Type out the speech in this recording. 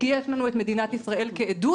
כי יש לנו את מדינת ישראל כעדות,